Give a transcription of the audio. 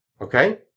Okay